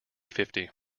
fifty